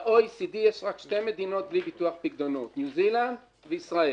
ב-OECD יש רק שתי מדינות בלי ביטוח פיקדונות: ניו זילנד וישראל.